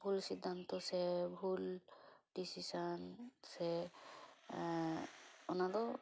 ᱵᱷᱩᱞ ᱥᱤᱫᱽᱫᱷᱟᱱᱛᱚ ᱥᱮ ᱵᱷᱩᱞ ᱰᱤᱥᱤᱥᱮᱱ ᱥᱮ ᱚᱱᱟᱫᱚ